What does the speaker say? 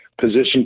position